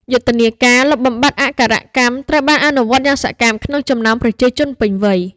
យុទ្ធនាការលុបបំបាត់អក្ខរកម្មត្រូវបានអនុវត្តយ៉ាងសកម្មក្នុងចំណោមប្រជាជនពេញវ័យ។